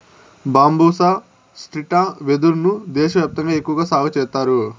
బంబూసా స్త్రిటా వెదురు ను దేశ వ్యాప్తంగా ఎక్కువగా సాగు చేత్తారు